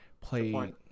play